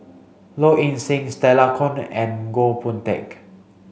Low Ing Sing Stella Kon and Goh Boon Teck